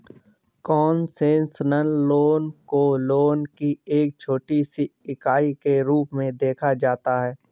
concessional loan को loan की एक छोटी सी इकाई के रूप में देखा जाता है